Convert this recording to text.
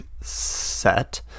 set